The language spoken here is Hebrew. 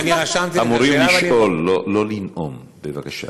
אוקיי, אני רשמתי, אמורים לשאול, לא לנאום, בבקשה.